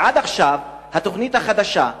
ועד עכשיו התוכנית החדשה,